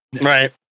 right